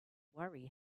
worry